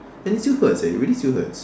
and it still hurts eh it really still hurts